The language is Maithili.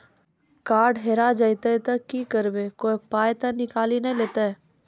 कार्ड हेरा जइतै तऽ की करवै, कोय पाय तऽ निकालि नै लेतै?